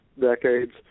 decades